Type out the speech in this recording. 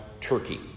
Turkey